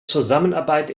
zusammenarbeit